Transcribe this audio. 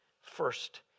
first